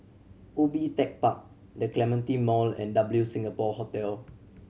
Ubi Tech Park The Clementi Mall and W Singapore Hotel